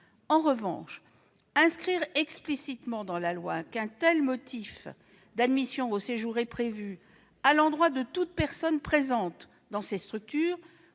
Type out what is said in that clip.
En revanche, inscrire explicitement dans la loi qu'un tel motif d'admission au séjour est prévu pour toute personne « présente » dans ces structures